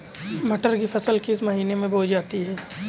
मटर की फसल किस महीने में बोई जाती है?